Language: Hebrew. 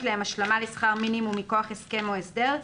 להם השלמה לשכר מינימום מכוח הסכם או הסדר,